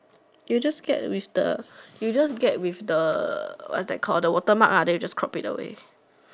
you just get with the you just get with the what's that called the watermark then you crop it away